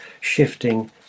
shifting